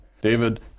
David